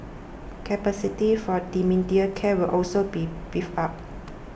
capacity for dementia care will also be beefed up